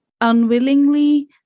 unwillingly